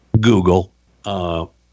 Google